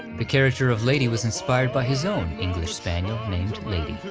the character of lady was inspired by his own english spaniel named lady.